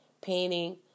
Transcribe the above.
painting